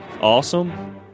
awesome